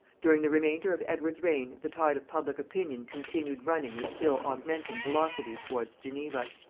during the remainder of edward's reign the tide of public opinion continued running with still augmenting velocity towards geneva.